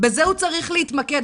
בזה הוא צריך להתמקד?